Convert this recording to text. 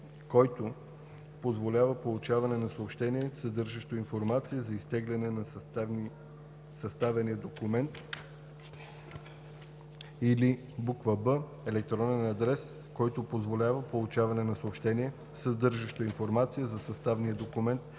който позволява получаване на съобщение, съдържащо информация за изтегляне на съставения документ, или б) електронен адрес, който позволява получаване на съобщение, съдържащо информация за съставения документ